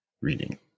reading